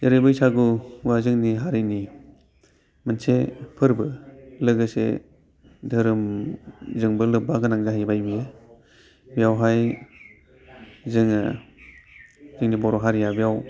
जेरै बैसागुबा जोंनि हारिनि मोनसे फोरबो लोगोसे धोरोमजोंबो लोब्बा गोनां जाहैबाय बेयो बेयावहाय जोङो जोंनि बर' हारिया बेयाव